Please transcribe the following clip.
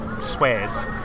swears